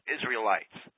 Israelites